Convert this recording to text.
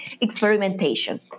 experimentation